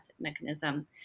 mechanism